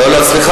לא, לא, סליחה.